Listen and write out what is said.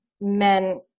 men